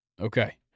Okay